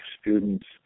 students